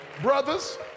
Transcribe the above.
Brothers